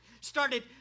started